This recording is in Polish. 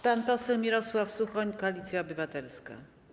Pan poseł Mirosław Suchoń, Koalicja Obywatelska.